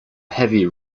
heavy